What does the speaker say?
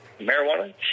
marijuana